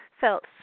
felt